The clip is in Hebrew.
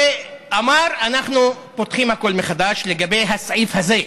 ואמר: אנחנו פותחים הכול מחדש לגבי הסעיף הזה.